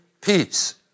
peace